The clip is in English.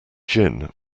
gin